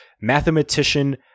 mathematician